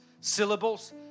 syllables